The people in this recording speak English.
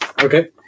Okay